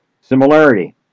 Similarity